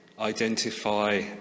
identify